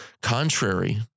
Contrary